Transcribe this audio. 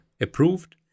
approved